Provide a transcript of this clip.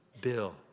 Bill